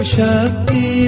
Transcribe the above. Shakti